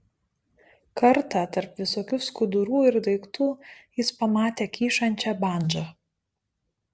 kartą tarp visokių skudurų ir daiktų jis pamatė kyšančią bandžą